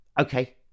okay